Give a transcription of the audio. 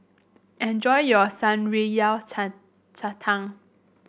enjoy your shan rui Yao Cai cai tang